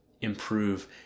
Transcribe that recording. improve